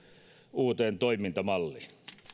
uuteen toimintamalliin